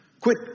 Quit